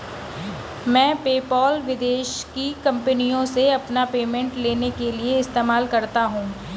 मैं पेपाल विदेश की कंपनीयों से अपना पेमेंट लेने के लिए इस्तेमाल करता हूँ